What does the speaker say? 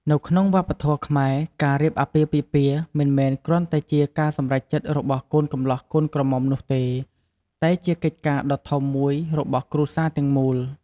នៅក្នុងវប្បធម៌ខ្មែរ ការរៀបអាពាហ៍ពិពាហ៍មិនមែនគ្រាន់តែជាការសម្រេចចិត្តរបស់កូនកម្លោះកូនក្រមុំនោះទេ តែជាកិច្ចការដ៏ធំមួយរបស់គ្រួសារទាំងមូល។